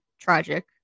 tragic